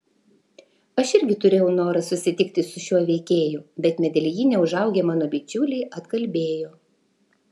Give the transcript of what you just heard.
aš irgi turėjau norą susitikti su šiuo veikėju bet medeljine užaugę mano bičiuliai atkalbėjo